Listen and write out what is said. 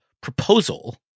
proposal